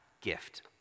gift